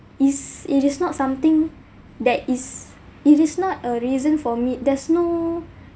it's it is not something that is it is not a reason for me there's no